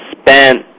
spent